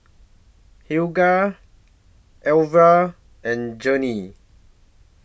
Helga Elvie and Journey